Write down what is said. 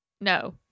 No